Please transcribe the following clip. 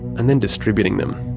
and then distributing them.